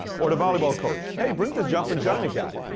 or the volleyball coach. hey, bring this jumpin' johnny guy.